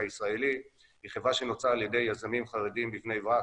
הישראלי היא חברה שנוצרה על ידי יזמים חרדים בבני ברק,